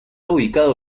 ubicado